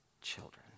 children